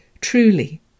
Truly